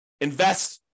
invest